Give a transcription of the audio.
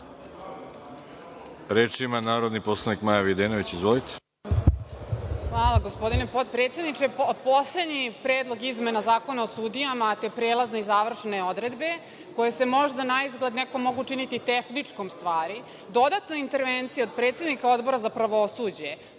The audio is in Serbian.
Reč ima narodni poslanik Maja Videnović. Izvolite. **Maja Videnović** Hvala, gospodine potpredsedniče. Poslednji predlog izmena Zakona o sudijama, te prelazne i završne odredbe, koje se možda naizgled nekome mogu učiniti tehničkom stvari, dodatna intervencija od predsednika Odbora za pravosuđe